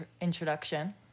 Introduction